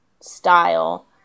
style